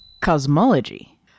Cosmology